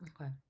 Okay